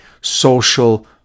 social